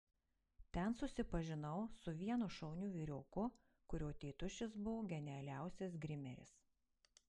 ten susipažinau su vienu šauniu vyrioku kurio tėtušis buvo genialiausias grimeris